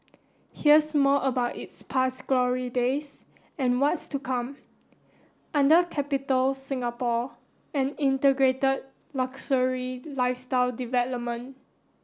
here's more about its past glory days and what's to come under Capitol Singapore an integrated luxury lifestyle development